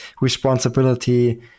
responsibility